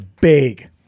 big